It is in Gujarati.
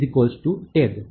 ABI tag